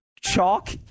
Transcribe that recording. Chalk